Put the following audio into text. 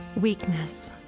weakness